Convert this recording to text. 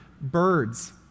birds